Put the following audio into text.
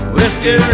Whiskey